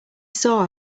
saw